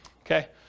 Okay